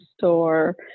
store